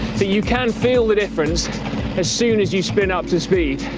that you can feel the difference as soon as you spin up to speed.